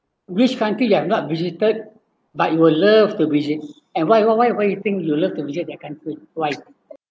which country you have not visited but you will love to visit and why why why why you think you love to visit their country why